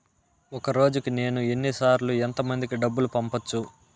ఒక రోజుకి నేను ఎన్ని సార్లు ఎంత మందికి డబ్బులు పంపొచ్చు?